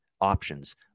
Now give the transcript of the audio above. options